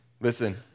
Listen